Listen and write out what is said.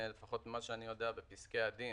ולפחות ממה שאני יודע זה גם קיים בפסקי הדין